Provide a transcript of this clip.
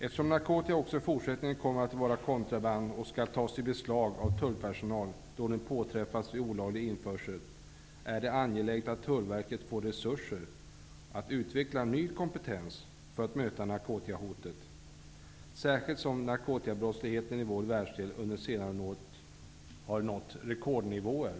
Eftersom narkotika också i fortsättningen kommer att vara kontraband och skall tas i beslag av tullpersonal då den påträffas vid olaglig införsel, är det angeläget att Tullverket får resurser till att utveckla ny kompetens för att möta narkotikahotet, särskilt som narkotikabrottsligheten i vår världsdel under senare år har nått rekordnivåer.